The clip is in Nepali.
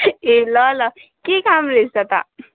ए ल ल के काम रहेछ त